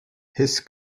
his